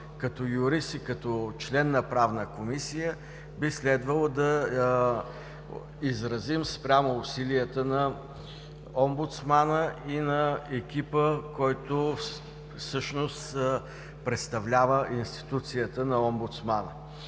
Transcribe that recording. като юрист и като член на Правната комисия, би следвало да изразим спрямо усилията на омбудсмана и на екипа, който всъщност представлява Институцията омбудсман.